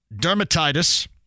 dermatitis